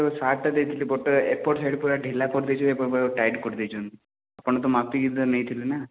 ଯେଉଁ ସାର୍ଟଟା ଦେଇଥିଲି ବଟ୍ ଏପଟ ସାଇଟ୍ ପୂରା ଢିଲା କରିଦେଇଛ ଏପଟ ପୂରା ଟାଇଟ୍ କରି ଦେଇଛନ୍ତି ଆପଣ ତ ମାପିକି ତ ନେଇଥିଲେ ନା